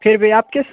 फिर भी आप किस